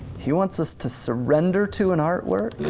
he wants us to surrender to an artwork?